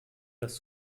das